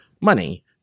money